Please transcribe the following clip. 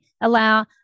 allow